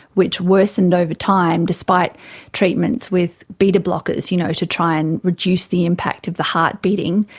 which worsened over time, despite treatments with beta-blockers, you know, to try and reduce the impact of the heart beating,